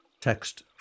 Text